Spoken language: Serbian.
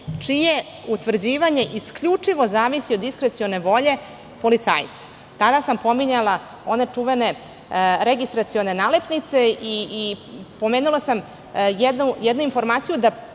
čije utvrđivanje isključivo zavisi od diskrecione volje policajca. Tada sam pominjala one čuvene registracione nalepnice i pomenula sam jednu informaciju da